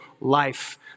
life